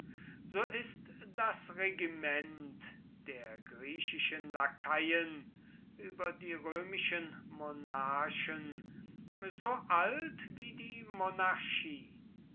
so ist das regiment der griechischen lakaien über die römischen monarchen so alt wie die monarchie